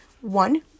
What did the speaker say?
One